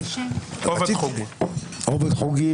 עובד חוגי,